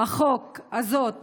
החוק הזאת